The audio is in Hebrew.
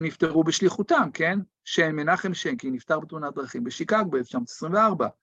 ‫נפטרו בשליחותם, כן? ‫שיין, מנחם שיין, ‫כי הוא נפטר בתמונת דרכים ‫בשיקגו ב-1924.